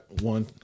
one